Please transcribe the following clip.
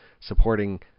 supporting